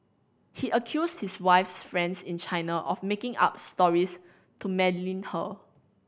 he accused his wife's friends in China of making up stories to malign her